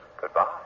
goodbye